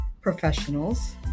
professionals